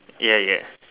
ya ya